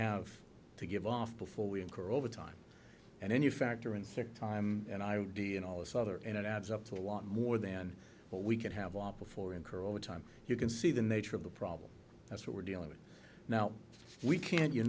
have to give off before we incur overtime and then you factor in sick time and i would be in all this other and it adds up to a lot more than what we could have opted for incur overtime you can see the nature of the problem that's what we're dealing with now we can't you